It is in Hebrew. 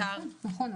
נכון.